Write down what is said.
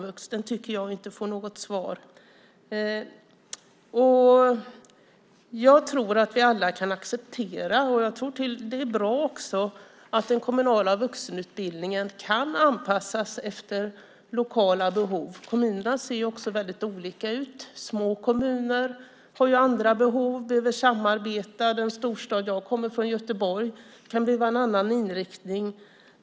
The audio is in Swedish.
Där fick jag inget svar. Det är bra att den kommunala vuxenutbildningen kan anpassas efter lokala behov. Kommunerna ser väldigt olika ut. Små kommuner har andra behov och behöver samarbeta. Den storstad jag kommer från, Göteborg, kan behöva en annan inriktning.